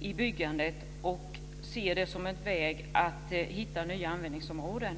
i byggandet och ser det som en väg att hitta nya användningsområden.